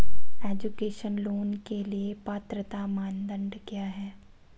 Education loan के लिए पात्रता मानदंड क्या है?